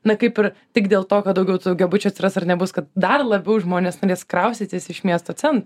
na kaip ir tik dėl to kad daugiau daugiabučių atsiras ar nebus kad dar labiau žmonės norės kraustytis iš miesto centro